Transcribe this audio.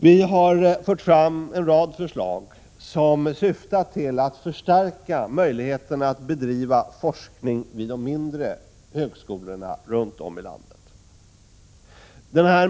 Vi har fört fram en rad förslag som syftar till att förstärka möjligheterna att bedriva forskning vid de mindre högskolorna runt om i landet.